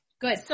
Good